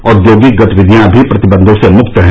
औद्योगिक गतिविधियां भी प्रतिबन्धों से मुक्त हैं